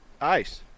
Ice